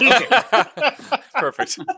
perfect